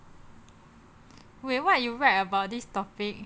wait what you write about this topic